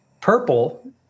purple